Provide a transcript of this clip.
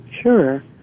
Sure